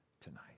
tonight